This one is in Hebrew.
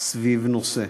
סביב נושא.